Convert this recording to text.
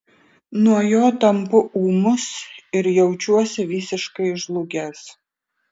nuo jo tampu ūmus ir jaučiuosi visiškai žlugęs